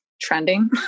trending